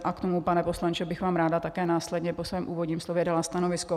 A k tomu, pane poslanče, bych vám ráda také následně po svém úvodní slově dala stanovisko.